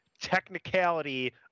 technicality